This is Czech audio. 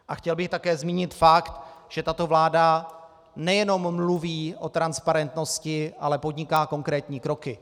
A chtěl bych také zmínit fakt, že tato vláda nejenom mluví o transparentnosti, ale podniká také konkrétní kroky.